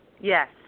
Yes